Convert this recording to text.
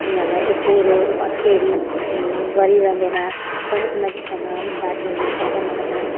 उनीहरूलाई एकोहोरो अट्टेरी गरिरहँदैन पढेको मान्छेसँग बात गर्नु मनपर्छ मलाई पनि